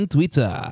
Twitter